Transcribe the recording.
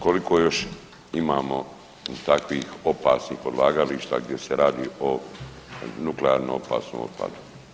Koliko još imamo takvih opasnih odlagališta gdje se radi o nuklearno opasnom otpadu?